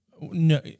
no